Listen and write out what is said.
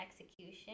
execution